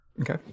Okay